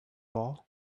ball